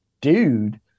dude